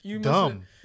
Dumb